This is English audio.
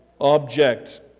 object